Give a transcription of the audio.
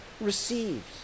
receives